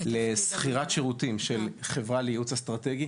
לשכירת שירותים של חברה לייעוץ אסטרטגי